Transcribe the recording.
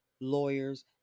lawyers